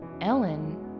Ellen